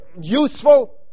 useful